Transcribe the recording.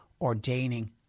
ordaining